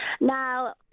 Now